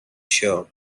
sure